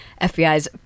FBI's